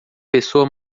pessoa